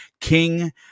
King